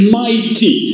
mighty